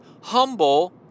humble